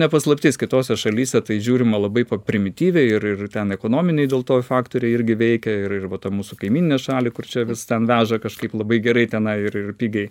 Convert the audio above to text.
ne paslaptis kitose šalyse tai žiūrima labai primityviai ir ir ten ekonominiai dėl to faktoriai irgi veikia ir ir va tą mūsų kaimyninę šalį kur čia vis ten veža kažkaip labai gerai tenai ir ir pigiai